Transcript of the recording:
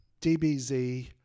DBZ